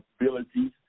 abilities